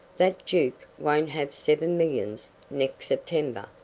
that duke won't have seven millions next september,